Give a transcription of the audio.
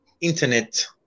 internet